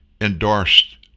endorsed